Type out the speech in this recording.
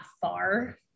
far